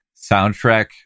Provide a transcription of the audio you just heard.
soundtrack